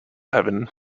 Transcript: heaven